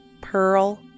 Pearl